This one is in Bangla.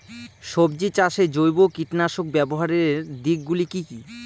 সবজি চাষে জৈব কীটনাশক ব্যাবহারের দিক গুলি কি কী?